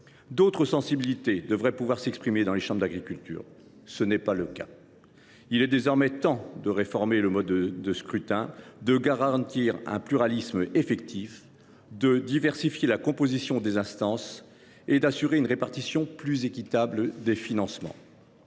D’autres sensibilités devraient pouvoir s’exprimer dans les chambres d’agriculture, ce qui n’est malheureusement pas le cas. Il est désormais temps de réformer le mode de scrutin, de garantir un pluralisme effectif, de diversifier la composition des instances et d’assurer une répartition plus équitable des financements.